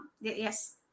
Yes